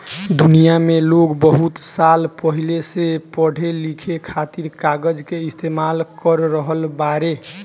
दुनिया में लोग बहुत साल पहिले से पढ़े लिखे खातिर कागज के इस्तेमाल कर रहल बाड़े